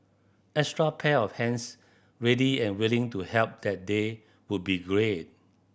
extra pair of hands ready and willing to help that day would be great